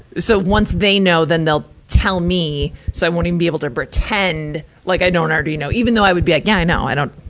so once they know, then they'll tell me, so i won't even be able to pretend like i don't already know, even though i would be like, yeah, i know. i don't,